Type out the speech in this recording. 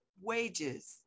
wages